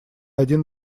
один